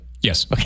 Yes